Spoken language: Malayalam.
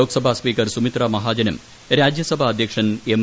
ലോക്സഭാ സ്പീക്കർ സുമിത്രാ മഹാജനും രാജ്യസഭാ അധ്യക്ഷൻ എം